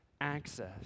access